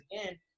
again